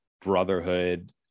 brotherhood